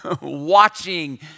watching